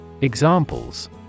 Examples